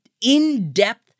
in-depth